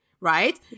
right